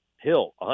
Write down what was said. Hill